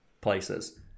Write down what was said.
places